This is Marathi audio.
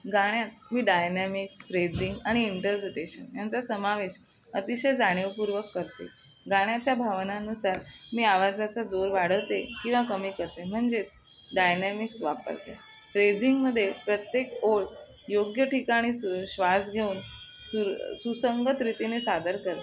गाण्यात मी डायनॅमिक्स फ्रेझिंग आणि इंटरप्रिटेशन यांचा समावेश अतिशय जाणीवपूर्वक करते गाण्याच्या भावनानुसार मी आवाजाचा जोर वाढवते किंवा कमी करते म्हणजेच डायनॅमिक्स वापरते फ्रेझिंगमध्ये प्रत्येक ओळ योग्य ठिकाणी सु श्वास घेऊन सुर सुसंगतरितीने सादर करते